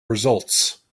results